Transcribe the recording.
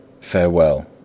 farewell